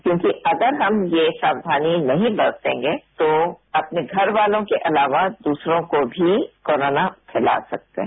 क्योंकि अगर हम ये सावधानी नहीं बरतेंगे तो अपने घरवालों के अलावा दूसरों को भी कोरोना फैला सकते हैं